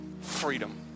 freedom